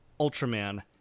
Ultraman